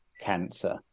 cancer